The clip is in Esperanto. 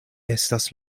estas